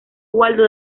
waldo